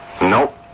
Nope